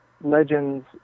Legends